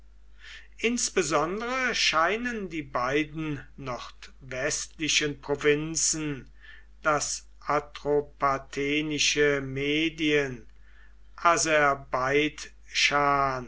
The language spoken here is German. insbesondere scheinen die beiden nordwestlichen provinzen das atropatenische medien